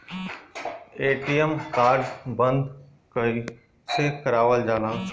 ATM card बन्द कईसे करावल जाला?